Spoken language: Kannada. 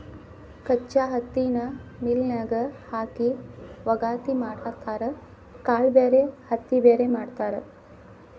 ಕಚ್ಚಾ ಹತ್ತಿನ ಮಿಲ್ ನ್ಯಾಗ ಹಾಕಿ ವಗಾತಿ ಮಾಡತಾರ ಕಾಳ ಬ್ಯಾರೆ ಹತ್ತಿ ಬ್ಯಾರೆ ಮಾಡ್ತಾರ